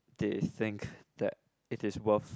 they think that it is worth